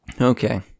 Okay